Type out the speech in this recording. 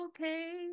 okay